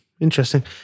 Interesting